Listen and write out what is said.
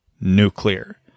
nuclear